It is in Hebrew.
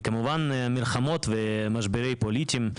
כמובן, מלחמות ומשברים פוליטיים,